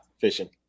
fishing